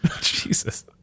Jesus